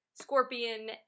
scorpion